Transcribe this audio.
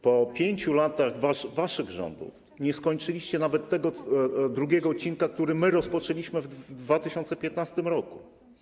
Po 5 latach waszych rządów nie skończyliście nawet tego drugiego odcinka, który my rozpoczęliśmy w 2015 r.